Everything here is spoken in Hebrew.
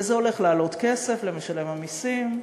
וזה הולך לעלות כסף למשלם המסים,